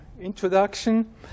introduction